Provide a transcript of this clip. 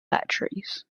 batteries